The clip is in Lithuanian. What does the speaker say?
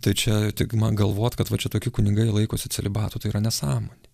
tai čia tik man galvot kad va čia tokie kunigai laikosi celibato tai yra nesąmonė